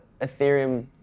Ethereum